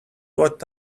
what